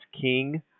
king